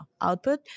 output